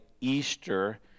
Easter